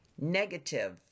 Negative